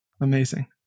Amazing